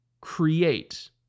create